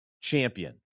champion